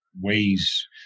ways